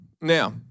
now